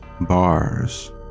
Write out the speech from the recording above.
Bars